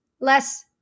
less